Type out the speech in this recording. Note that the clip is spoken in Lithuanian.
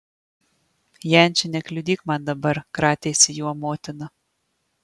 janči nekliudyk man dabar kratėsi juo motina